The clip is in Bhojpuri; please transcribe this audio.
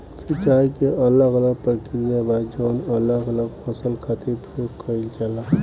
सिंचाई के अलग अलग प्रक्रिया बा जवन अलग अलग फसल खातिर प्रयोग कईल जाला